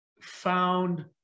found